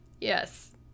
Yes